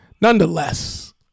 Nonetheless